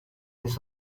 this